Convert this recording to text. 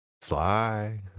Sly